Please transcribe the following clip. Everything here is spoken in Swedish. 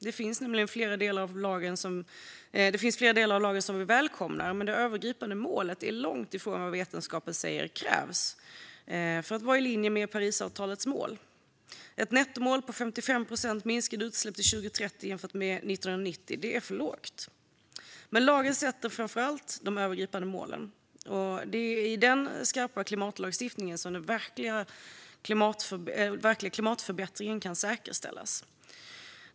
Det finns flera delar av lagen som vi välkomnar, men det övergripande målet är långt ifrån vad vetenskapen säger krävs för att det ska vara i linje med Parisavtalets mål. Ett nettomål om att till 2030 minska utsläppen med 55 procent jämfört med 1990 är för lågt. Lagen sätter framför allt de övergripande målen, och det är i den skarpa klimatlagstiftningen som den verkliga klimatförbättringen kan säkerställas.